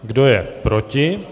Kdo je proti?